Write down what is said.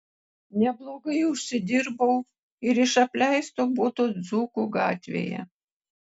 neblogai užsidirbau ir iš apleisto buto dzūkų gatvėje